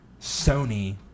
Sony